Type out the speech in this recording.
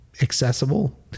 accessible